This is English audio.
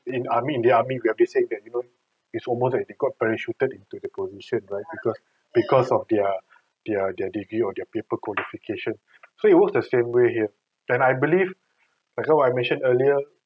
in army in the army we have to say they're given it's almost like they got parachuted into the position right because because of their their their degree of their paper qualification so it work the same way here then I believe as what I've mentioned earlier